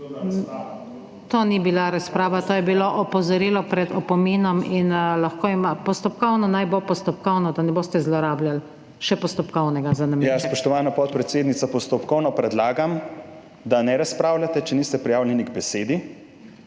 To ni bila razprava, to je bilo opozorilo pred opominom. In lahko imate postopkovno, naj bo postopkovno, da ne boste zlorabljali še postopkovnega. ANDREJ HOIVIK (PS SDS): Spoštovana podpredsednica, postopkovno predlagam, da ne razpravljate, če niste prijavljeni k besedi.